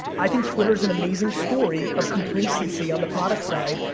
i think twitter is an amazing story of complacency on the product side.